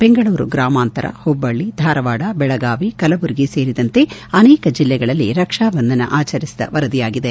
ಬೆಂಗಳೂರು ಗ್ರಾಮಾಂತರ ಹುಬ್ಬಳ್ಳಿ ಧಾರವಾಡ ಬೆಳಗಾವಿ ಕಲಬುರಗಿ ಸೇರಿದಂತೆ ಅನೇಕ ಜಿಲ್ಲೆಗಳಲ್ಲಿ ರಕ್ಷಾಬಂಧನ ಆಚರಿಸಿದ ವರದಿಯಾಗಿದೆ